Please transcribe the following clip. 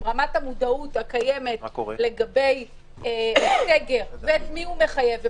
עם רמת המודעות הקיימת לגבי הסגר ואת מי הוא מחייב,